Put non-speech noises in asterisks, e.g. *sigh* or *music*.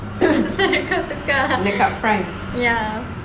*laughs* ya